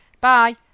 Bye